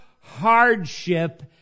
hardship